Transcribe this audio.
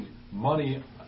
money